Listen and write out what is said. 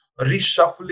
reshuffling